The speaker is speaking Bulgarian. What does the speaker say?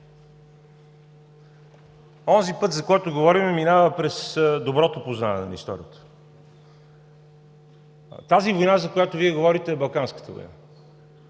онзи път, за който говорим, минава през доброто познаване на историята. Войната, за която Вие говорите, е Балканската война.